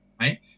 right